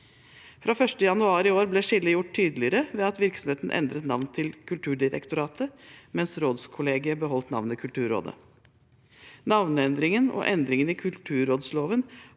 Fra 1. januar i år ble skillet gjort tydeligere ved at virksomheten endret navn til Kulturdirektoratet, mens rådskollegiet beholdt navnet Kulturrådet. Navneendringen og endringen i kulturrådsloven